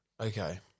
Okay